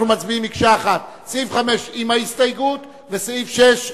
אנחנו מצביעים מקשה אחת: סעיף 5 עם ההסתייגות וסעיף 6,